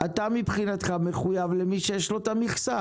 אתה מבחינתך מחויב למי שיש לו את המכסה,